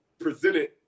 presented